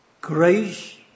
Grace